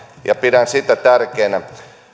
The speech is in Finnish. ja pidän sitä tärkeänä